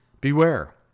Beware